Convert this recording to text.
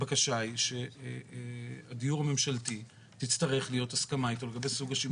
הבקשה היא שתצטרך להיות הסכמה עם הדיור הממשלתי.